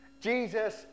Jesus